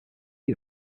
eat